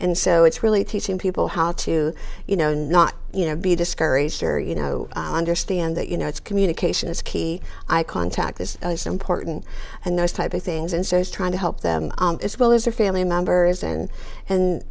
and so it's really teaching people how to you know not you know be discouraged or you know understand that you know it's communication is key i contact this important and those type of things and so is trying to help them as well as their family members and